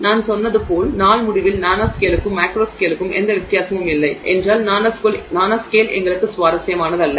நான் சொன்னது போல் நாள் முடிவில் நானோஸ்கேலுக்கும் மேக்ரோஸ்கேலுக்கும் எந்த வித்தியாசமும் இல்லை என்றால் நானோஸ்கேல் எங்களுக்கு சுவாரஸ்யமானது அல்ல